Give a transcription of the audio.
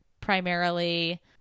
primarily